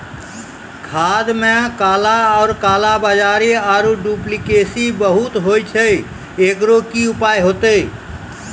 खाद मे काला कालाबाजारी आरु डुप्लीकेसी बहुत होय छैय, एकरो की उपाय होते?